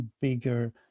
bigger